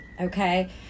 okay